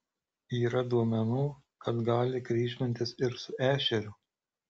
yra duomenų kad gali kryžmintis su ešeriu